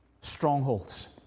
strongholds